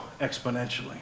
exponentially